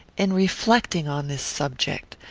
in reflecting on this subject.